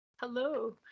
Hello